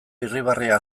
irribarrea